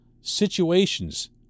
situations